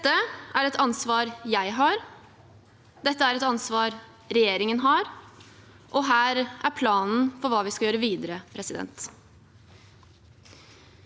Dette er et ansvar jeg har. Dette er et ansvar regjeringen har. Her er planen for hva vi skal gjøre videre: Rapporten